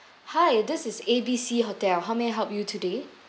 hi this is A B C hotel how may I help you today